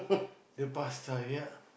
the pasta ya